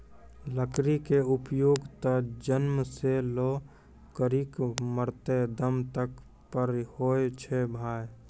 लकड़ी के उपयोग त जन्म सॅ लै करिकॅ मरते दम तक पर होय छै भाय